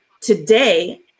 today